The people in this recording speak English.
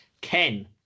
Ken